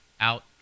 out